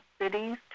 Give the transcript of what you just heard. Cities